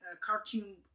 cartoon